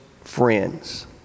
friends